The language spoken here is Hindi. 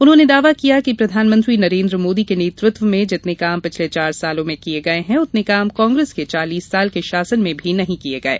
उन्होंने दावा किया कि प्रधानमंत्री नरेन्द्र मोदी के नेतृत्व में जितने काम पिछले चार सालों में किये गये हैं उतने काम कांग्रेस के चालीस साल के शासन में भी नही किये गये